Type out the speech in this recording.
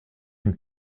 une